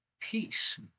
peace